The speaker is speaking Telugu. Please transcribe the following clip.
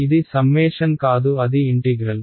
ఇది సమ్మేషన్ కాదు అది ఇంటిగ్రల్